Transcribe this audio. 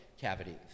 cavities